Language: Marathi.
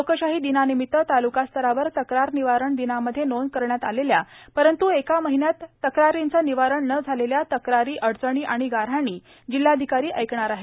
लोकशाही दिनानिमित ताल्कास्तरावर तक्रार निवारण दिनामध्ये नोंद करण्यात आलेल्या परंतु एका महिन्यात तक्रारीचं निवारण न झालेल्या तक्रारीए अडचणी आणि गाऱ्हाणी जिल्हाधिकारी ऐकतील